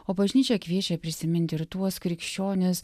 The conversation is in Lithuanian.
o bažnyčia kviečia prisiminti ir tuos krikščionis